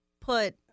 put